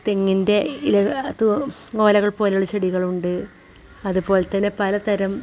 തെങ്ങിൻ്റെ ഇല ത്തു ഓലകൾ പോലെയുള്ള ചെടികൾ ഉണ്ട് അതു പോലെ തന്നെ പല തരം